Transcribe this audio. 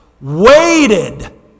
waited